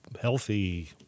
healthy